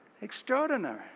Extraordinary